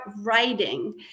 writing